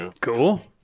Cool